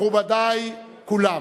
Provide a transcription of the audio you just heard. מכובדי כולם,